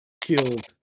killed